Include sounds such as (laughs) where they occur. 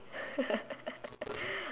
(laughs)